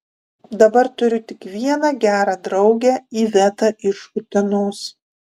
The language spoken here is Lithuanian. dabar turiu tik vieną gerą draugę ivetą iš utenos